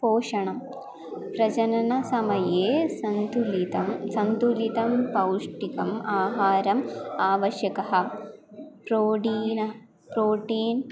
पोषणं प्रजननसमये सन्तुलितं सन्तुलितं पौष्टिकम् आहारम् आवश्यकः प्रोडीन प्रोटीन्